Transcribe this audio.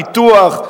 פיתוח,